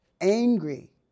angry